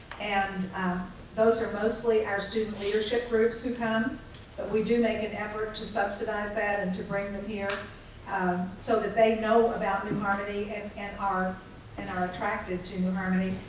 and those are mostly our student leadership groups who come, but we do make an effort to subsidize that and to bring them here so that they know about new harmony and and and are attracted to new harmony,